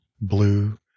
blue